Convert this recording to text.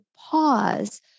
pause